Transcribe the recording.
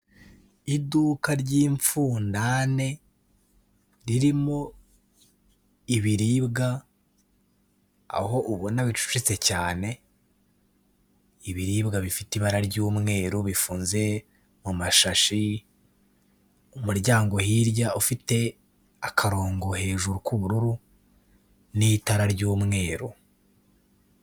Iduka ry'imfundane ririmo ibiribwa aho ubona bicucetse cyane, ibiribwa bifite ibara ry'umweru bifunze mu mashashi, umuryango hirya ufite akarongo hejuru k'ubururu n'itara ry'umweru.